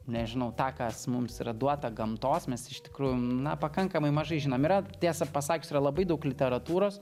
nežinau tą kas mums yra duota gamtos mes iš tikrųjų na pakankamai mažai žinom yra tiesą pasakius yra labai daug literatūros